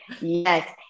yes